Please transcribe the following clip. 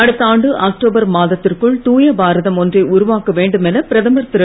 அடுத்த ஆண்டு அக்டோபர் மாதத்திற்குள் தூய பாரதம் ஒன்றை உருவாக்க வேண்டும் என பிரதமர் திரு